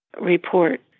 report